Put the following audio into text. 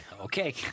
Okay